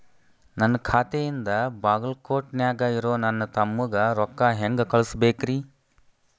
ನನ್ನ ಖಾತೆಯಿಂದ ಬಾಗಲ್ಕೋಟ್ ನ್ಯಾಗ್ ಇರೋ ನನ್ನ ತಮ್ಮಗ ರೊಕ್ಕ ಹೆಂಗ್ ಕಳಸಬೇಕ್ರಿ?